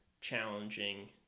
challenging